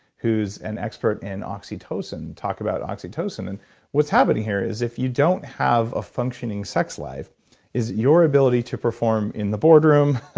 who's an expert in oxytocin, talking about oxytocin. and what's happening here is if you don't have a functioning sex life is your ability to perform in the board room,